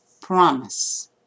promise